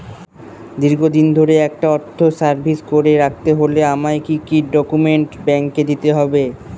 দীর্ঘদিন ধরে একটা অর্থ সেভিংস করে রাখতে হলে আমায় কি কি ডক্যুমেন্ট ব্যাংকে দিতে হবে?